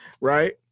right